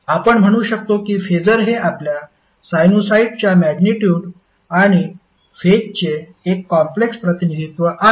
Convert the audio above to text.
आपण म्हणू शकतो कि फेसर हे आपल्या साइनसॉइडच्या मॅग्निट्युड आणि फेजचे एक कॉम्प्लेक्स प्रतिनिधित्व आहे